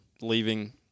leaving